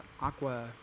aqua